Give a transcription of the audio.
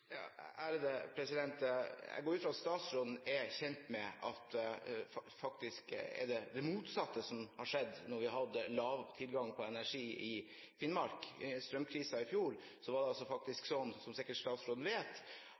Jeg går ut fra at statsråden er kjent med at det er det motsatte som har skjedd. Da vi hadde lav tilgang på energi i Finnmark – under strømkrisen i fjor – var det faktisk sånn, som sikkert statsråden vet,